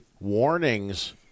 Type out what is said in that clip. warnings